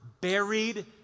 buried